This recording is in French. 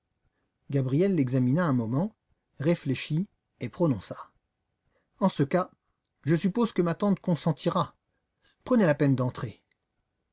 gabriel l'examina un moment réfléchit et prononça en ce cas je suppose que ma tante consentira prenez la peine d'entrer